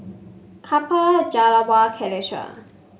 Kapil Jawaharlal Kailash